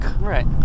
Right